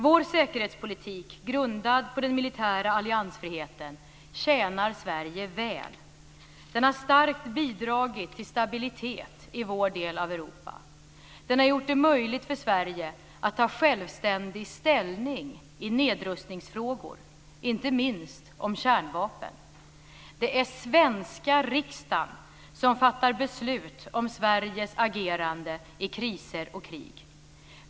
Vår säkerhetspolitik, grundad på den militära alliansfriheten, tjänar Sverige väl. Den har starkt bidragit till stabilitet i vår del av Europa. Den har gjort det möjligt för Sverige att självständigt ta ställning i nedrustningsfrågor, inte minst i fråga om kärnvapen. Det är den svenska riksdagen som fattar beslut om Sveriges agerande i kriser och krig.